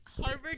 Harvard